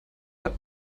hat